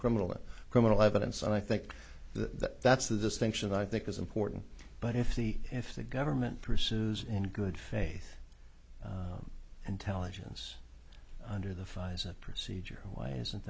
criminal or criminal evidence and i think that that's the distinction i think is important but if the if the government pursues in good faith intelligence under the fison procedure why isn't